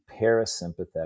parasympathetic